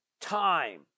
time